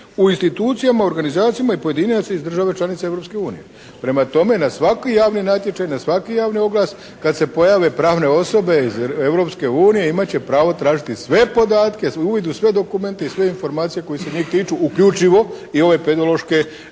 u institucijama, organizacijama i pojedinaca iz države članica Europske unije. Prema tome, na svaki javni natječaj, na svaki javni oglas kad se pojave pravne osobe iz Europske unije imat će pravo tražiti sve podatke, uvid u sve dokumente i sve informacije koje se njih tiču uključivo i ove …